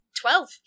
Twelve